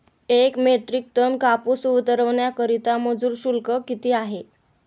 एक metric ton कापूस उतरवण्याकरता मजूर शुल्क किती आहे?